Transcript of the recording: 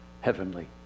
heavenly